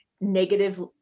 negative